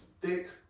thick